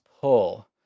pull